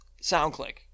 SoundClick